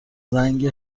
زنگ